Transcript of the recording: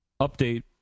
update